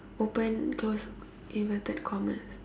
open close inverted commas